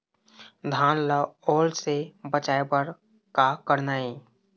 धान ला ओल से बचाए बर का करना ये?